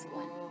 one